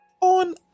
On